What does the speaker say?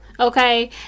okay